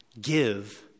give